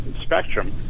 spectrum